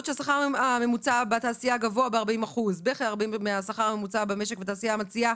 בעוד שהשכר הממוצע גבוה בכ-40 אחוז מהשכר הממוצע במשק והתעשייה מציעה